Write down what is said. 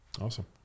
Awesome